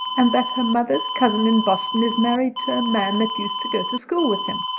and that her mother's cousin in boston is married to a man that used to go to school with him.